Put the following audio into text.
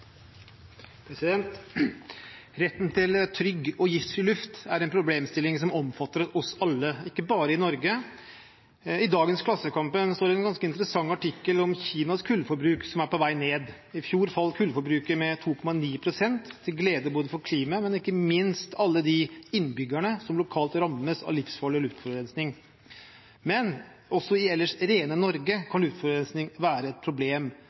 en problemstilling som omfatter oss alle, ikke bare i Norge. I dagens Klassekampen står en ganske interessant artikkel om Kinas kullforbruk, som er på vei ned. I fjor falt kullforbruket med 2,9 pst., til glede både for klimaet og ikke minst for alle de innbyggerne som lokalt rammes av livsfarlig luftforurensning. Men også i ellers rene Norge kan luftforurensning være et problem